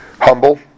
humble